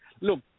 Look